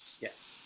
Yes